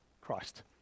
Christ